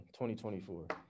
2024